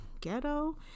ghetto